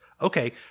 Okay